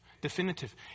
Definitive